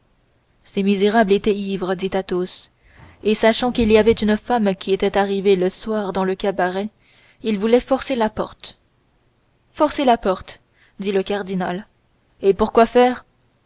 ces misérables étaient ivres dit athos et sachant qu'il y avait une femme qui était arrivée le soir dans le cabaret ils voulaient forcer la porte forcer la porte dit le cardinal et pour quoi faire